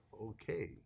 okay